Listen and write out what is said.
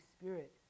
Spirit